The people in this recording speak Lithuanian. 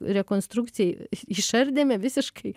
rekonstrukcijai išardėme visiškai